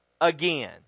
again